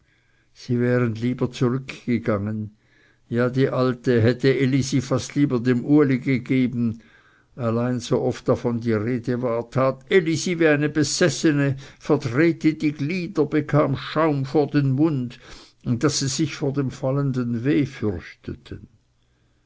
sie wären lieber zurückgegangen ja die alte hätte elisi fast lieber dem uli gegeben allein so oft davon die rede war tat elisi wie eine besessene verdrehte die glieder bekam schaum vor den mund daß sie sich vor dem fallenden weh fürchteten